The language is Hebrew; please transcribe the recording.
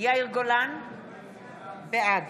בעד